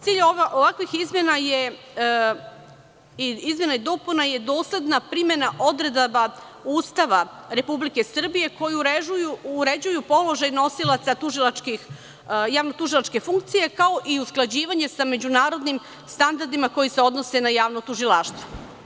Cilj ovakvih izmena i dopuna je dosledna primena odredbi Ustava Republike Srbije koje uređuju položaj nosilaca javno tužilačke funkcije, kao i usklađivanje sa međunarodnim standardima koji se odnose na javno tužilaštvo.